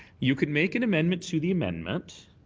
you could make an amendment to the amendment